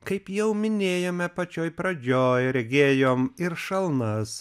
kaip jau minėjome pačioj pradžioj regėjom ir šalnas